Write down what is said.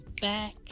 back